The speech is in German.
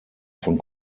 von